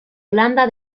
holanda